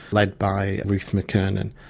led by ruth mckernan.